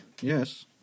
Yes